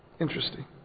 Interesting